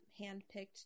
handpicked